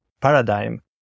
paradigm